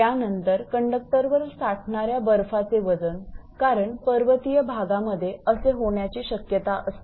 त्यानंतर कंडक्टरवर साठणाऱ्या बर्फाचे वजन कारण पर्वतीय भागामध्ये असे होण्याची शक्यता असते